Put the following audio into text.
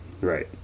Right